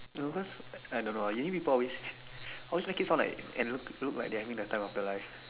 you know cause I don't know uni people always always make it sound like and look look like they are having their time of their life